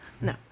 No